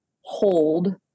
hold